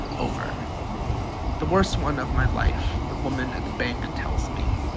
over the worst one of my life, the woman at the bank tells me.